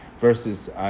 versus